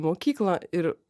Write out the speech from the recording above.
mokyklą ir